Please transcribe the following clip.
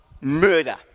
murder